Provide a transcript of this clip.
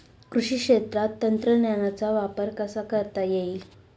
कृषी क्षेत्रात तंत्रज्ञानाचा वापर कसा करता येईल?